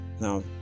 Now